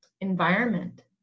environment